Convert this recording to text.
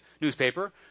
newspaper